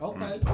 Okay